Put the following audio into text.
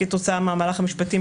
כתוצאה מהמהלך המשפטי,